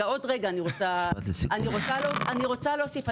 אני רוצה להוסיף,